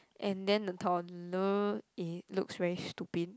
and then the toddler it looks very stupid